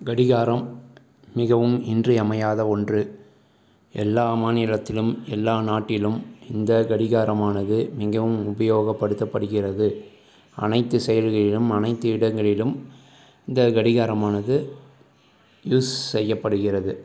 கடிகாரம் மிகவும் இன்றியமையாத ஒன்று எல்லா மாநிலத்திலும் எல்லா நாட்டிலும் இந்த கடிகாரமானது மிகவும் உபயோகப்படுத்தப்படுகிறது அனைத்து செயல்களிலும் அனைத்து இடங்களிலும் இந்த கடிகாரமானது யூஸ் செய்யப்படுகிறது